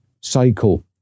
cycle